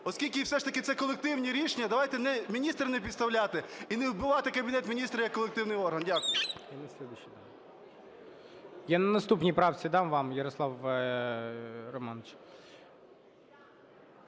Оскільки все ж таки це колективні рішення, давайте ні міністра не підставляти, і не вбивати Кабінет Міністрів як колективний орган. Дякую. ГОЛОВУЮЧИЙ. Я на наступній правці дам вам, Ярослав Романович.